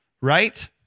Right